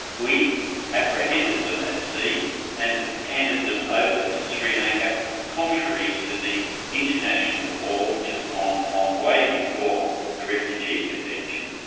we apprehended them at sea and have handed them over to sri lanka contrary to the international law which has gone on way before the refugee convention,